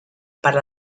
para